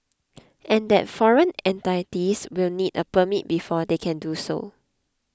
and that foreign entities will need a permit before they can do so